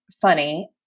funny